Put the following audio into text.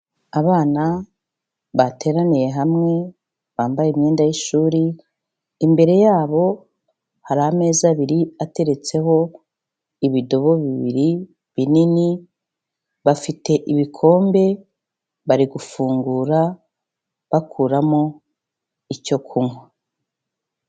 Abana bateraniye hamwe, bambaye imyenda y'ishuri, imbere yabo hari ameza abiri ateretseho ibidobo bibiri binini, bafite ibikombe bari gufungura bakuramo icyo kunywa.